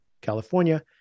California